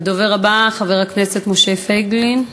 הדובר הבא, חבר הכנסת משה פייגלין.